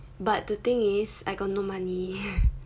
but the thing is I got no money